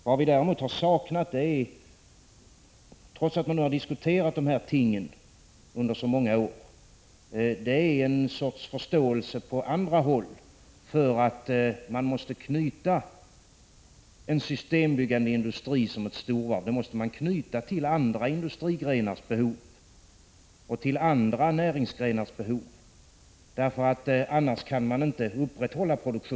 Vad vi har saknat är, trots att man har diskuterat dessa ting under så många år, en förståelse på andra håll för att behoven hos en systembyggande industri som ett storvarv måste knytas till andra industrigrenars och andra näringsgre nars behov. Annars kan produktionen inte upprätthållas. Det krävs ett — Prot.